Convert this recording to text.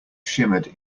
shimmered